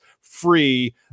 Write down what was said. free